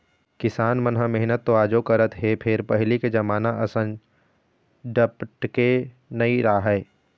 किसान मन ह मेहनत तो आजो करत हे फेर पहिली के जमाना असन डपटके नइ राहय